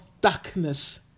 darkness